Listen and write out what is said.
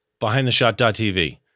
behindtheshot.tv